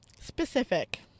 specific